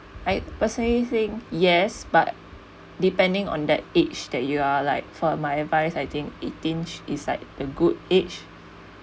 I personally think yes but depending on that age that you are like for my advice I think eighteenth is like the good age